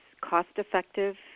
cost-effective